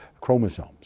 chromosomes